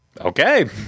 Okay